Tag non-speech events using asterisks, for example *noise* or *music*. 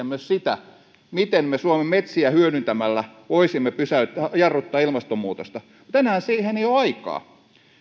*unintelligible* myös sitä miten me suomen metsiä hyödyntämällä voisimme jarruttaa ilmastonmuutosta tänään siihen ei ole aikaa